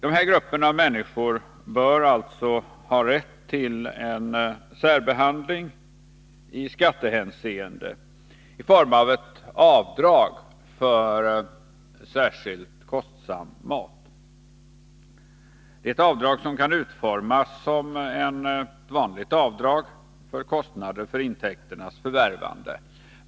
Dessa grupper av människor bör ha rätt till en särbehandling i skattehänseende i form av ett avdrag för särskilt kostsam mat, ett avdrag som kan utformas som ett vanligt avdrag för kostnader för intäkternas förvärvande.